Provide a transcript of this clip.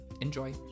Enjoy